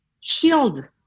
shield